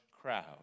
crowd